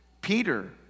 Peter